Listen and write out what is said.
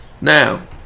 now